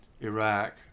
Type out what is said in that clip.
Iraq